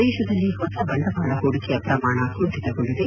ದೇಶದಲ್ಲಿ ಹೊಸ ಬಂಡವಾಳ ಹೂಡಿಕೆಯ ಪ್ರಮಾಣ ಕುಂಠಿತಗೊಂಡಿದೆ